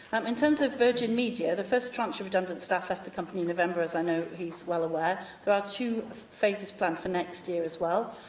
um in terms of virgin media, the first tranche of redundant staff left the company in november, as i know he's well aware. there are two phases planned for next year as well.